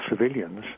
civilians